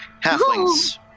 Halflings